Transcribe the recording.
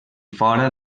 fora